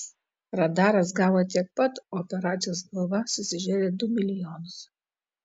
radaras gavo tiek pat o operacijos galva susižėrė du milijonus